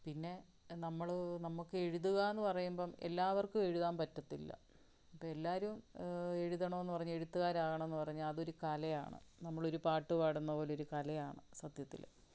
പിന്നെ നമ്മൾ നമുക്ക് എഴുതുക എന്ന് പറയുമ്പം എല്ലാവർക്കും എഴുതാൻ പറ്റത്തില്ല ഇപ്പം എല്ലാവരും എഴുതണം എന്ന് പറഞ്ഞാൽ എഴുത്തുകാരകണമെന്ന് പറഞ്ഞാൽ അതൊരു കലയാണ് നമ്മളൊരു പാട്ട് പാടുന്ന പോലൊരു കലയാണ് സത്യത്തിൽ